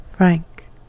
Frank